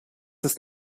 ist